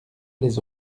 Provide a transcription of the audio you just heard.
les